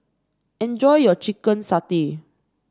enjoy your Chicken Satay